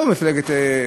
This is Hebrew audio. לא מפלגת,